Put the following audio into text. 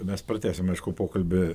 mes pratęsim aišku pokalbį